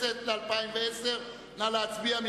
לתקציב הכנסת ל-2010, נא להצביע.